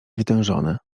wytężone